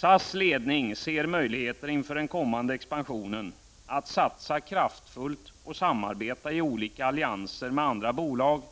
SAS ledning ser möjligheter inför den kommande expansionen — att satsa kraftfullt och samarbeta i olika allianser med andra bolag,